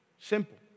Simple